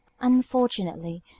Unfortunately